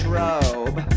robe